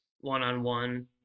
one-on-one